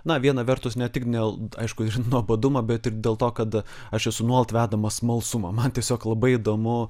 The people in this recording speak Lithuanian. na viena vertus ne tik dėl aišku nuobodumo bet ir dėl to kad aš esu nuolat vedamas smalsumo man tiesiog labai įdomu